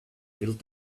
build